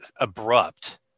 abrupt